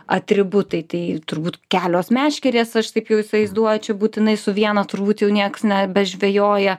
atributai tai turbūt kelios meškerės aš taip jau įsivaizduočiau būtinai su viena turbūt jau nieks nebežvejoja